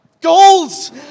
goals